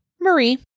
Marie